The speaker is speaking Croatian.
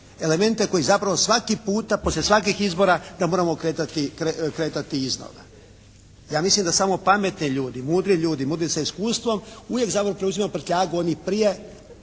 elemente koji zapravo svaki puta poslije svakih izbora da moramo kretati iznova. Ja mislim da samo pametni ljudi, mudri ljudi, mudri sa iskustvom uvijek Sabor preuzima prtljagu onih prije